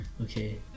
okay